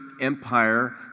empire